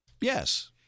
Yes